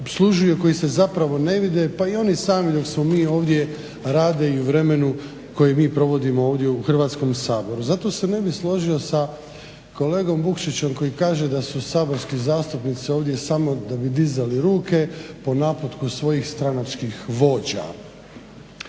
opslužuju, koji se zapravo ne vide, pa i oni sami dok smo mi ovdje rade i u vremenu koje mi provodimo ovdje u Hrvatskom saboru. Zato se ne bih složio sa kolegom Vukšićem koji kaže da su saborski zastupnici ovdje samo da bi dizali ruke po naputku svojih stranačkih vođa.